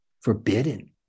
forbidden